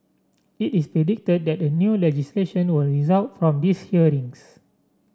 it is predicted that new legislation will result from these hearings